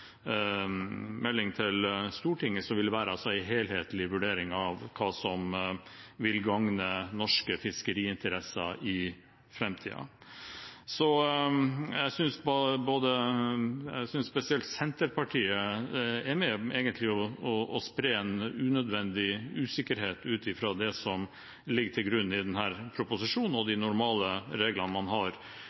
melding til Stortinget, som vil være en helhetlig vurdering av hva som vil gagne norske fiskeriinteresser i framtiden. Jeg synes spesielt Senterpartiet egentlig er med på å spre en unødvendig usikkerhet ut fra det som ligger til grunn i denne proposisjonen, og de normale reglene man har